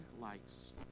likes